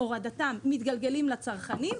הורדתם מתגלגלת לצרכנים.